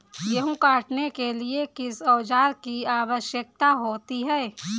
गेहूँ काटने के लिए किस औजार की आवश्यकता होती है?